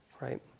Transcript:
Right